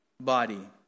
body